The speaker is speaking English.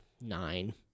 nine